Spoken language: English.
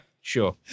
Sure